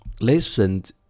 listened